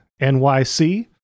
NYC